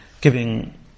giving